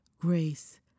grace